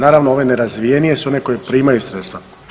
Naravno ove nerazvijenije su ove koje primaju sredstva.